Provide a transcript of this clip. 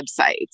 websites